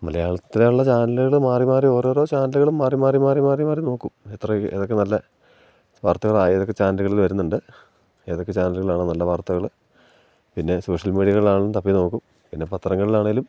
മലയാളത്തിലുള്ള ചാനലുകൾ മാറി മാറി ഓരോരോ ചാനലുകളും മാറി മാറി മാറി മാറി മാറി നോക്കും എത്രയൊക്കെ ഏതൊക്കെ നല്ല വാർത്തകളാണ് ഏതൊക്കെ ചാനലുകളിൽ വരുന്നുണ്ട് ഏതൊക്കെ ചാനലുകളിലാണ് നല്ല വാർത്തകൾ പിന്നെ സോഷ്യൽ മീഡിയകളിലാണെങ്കിലും തപ്പി നോക്കും പിന്നെ പത്രങ്ങളിലാണെങ്കിലും